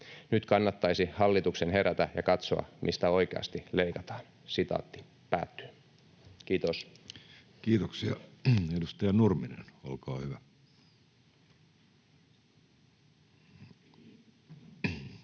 Nyt kannattaisi hallituksen herätä ja katsoa, mistä oikeasti leikataan.” — Kiitos. Kiitoksia. — Edustaja Nurminen, olkaa hyvä. Arvoisa